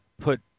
put